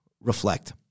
reflect